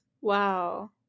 Wow